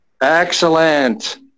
Excellent